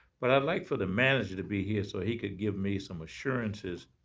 but i'd like for the manager to be here so he could give me some assurances.